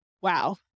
wow